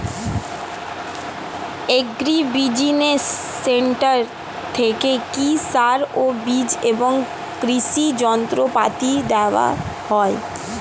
Agri business centre থেকে কি সার ও বিজ এবং কৃষি যন্ত্র পাতি দেওয়া হয়?